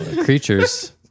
creatures